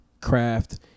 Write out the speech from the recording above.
craft